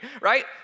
right